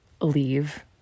leave